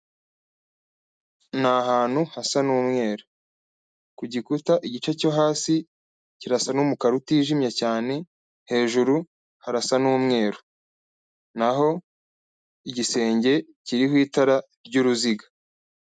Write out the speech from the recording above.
Ni ahantu hasa n'umweru, ku gikuta igice cyo hasi kirasa n'umukara utijimye cyane, hejuru harasa n'umweru, naho igisenge kiriho itara ry'uruziga.